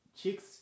chicks